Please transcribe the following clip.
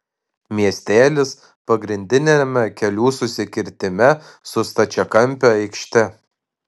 miestelis pagrindiniame kelių susikirtime su stačiakampe aikšte